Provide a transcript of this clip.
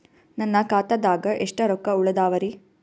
ನನ್ನ ಖಾತಾದಾಗ ಎಷ್ಟ ರೊಕ್ಕ ಉಳದಾವರಿ?